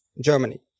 Germany